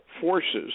forces